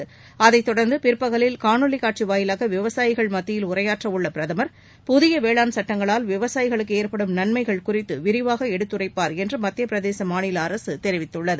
காட்சி அதை தொடர்ந்து பிற்பகலில் காணொலி வாயிலாக விவசாயிகள் மத்தியில் உரையாற்றவுள்ள பிரதமர் புதிய வேளாண் சட்டங்களால் விவசாயிகளுக்கு ஏற்படும் நன்மைகள் குறித்து விரிவாக எடுத்துரைப்பார் என்று மத்திய பிரதேச மாநில அரசு தெரிவித்துள்ளது